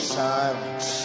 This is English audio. silence